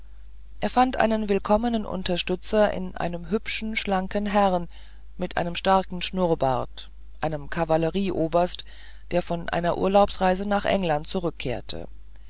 er fand einen willkommenen unterstützer in einem hübschen schlanken herrn mit einem starken schnurrbart einem kavallerieoberst der von einer urlaubsreise nach england zurückkehrte